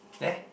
there